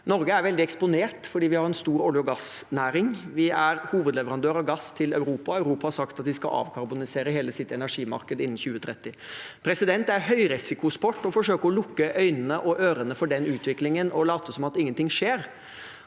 Norge er veldig eksponert fordi vi har en stor olje- og gassnæring, vi er hovedleverandør av gass til Europa. Europa har sagt at de skal avkarbonisere hele sitt energimarked innen 2030. Det er høyrisikosport å forsøke å lukke øynene og ørene for den utviklingen og late som om ingenting skjer.